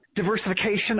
Diversification